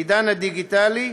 בעידן הדיגיטלי,